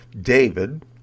David